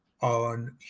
on